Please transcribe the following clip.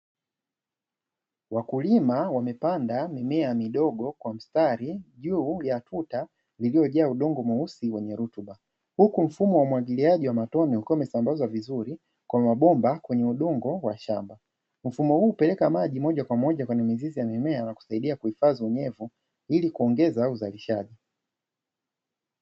Wakulima wamepanda mimea midogo kwa mstari juu ya kuta iliyojaa udongo mweusi wenye rutuba huku, mfumo wa umwagiliaji wa matone ukiwa umesambazwa vizuri kwa mabomba kwenye udongo wa shamba. Mfumo huu peleka maji moja kwa moja kwenye mizizi ya mimea na kusaidia kuhifadhi unyevu ili kuongeza uzalishaji.